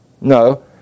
No